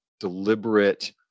deliberate